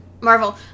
Marvel